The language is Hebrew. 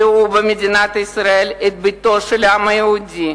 ראו במדינת ישראל את ביתו של העם היהודי